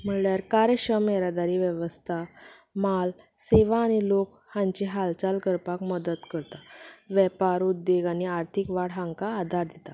म्हणल्यार कार्यक्षम येरादारी वेवस्था म्हाल सेवा आनी लोक हांची हालचाल करपाक मदत करतात वेपार उद्देग आनी आर्थीक वाड हांका आदार दितात